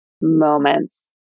moments